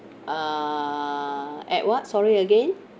err add what sorry again